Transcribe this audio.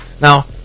now